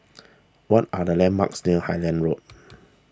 what are the landmarks near Highland Road